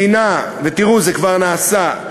מדינה, ותראו, זה כבר נעשה.